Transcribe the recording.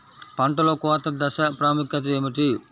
పంటలో కోత దశ ప్రాముఖ్యత ఏమిటి?